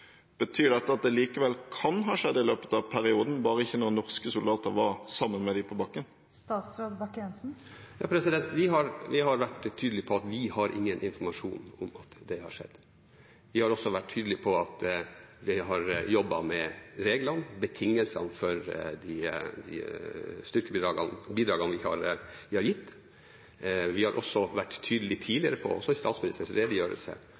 Betyr dette at det likevel kan ha skjedd i løpet av perioden, bare ikke når norske soldater var sammen med dem på bakken? Vi har vært tydelige på at vi har ingen informasjon om at det har skjedd. Vi har også vært tydelige på at det har vært jobbet med reglene, betingelsene for de styrkebidragene vi har gitt. Vi har også tidligere vært tydelige på, også i statsministerens redegjørelse,